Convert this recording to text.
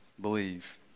believe